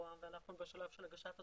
רוה"מ ואנחנו בשלב של הגשת התוכניות.